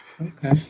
Okay